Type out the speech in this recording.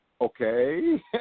okay